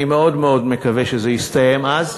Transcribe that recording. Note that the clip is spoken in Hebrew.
אני מאוד מאוד מקווה שזה יסתיים אז,